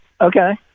Okay